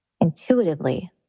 Intuitively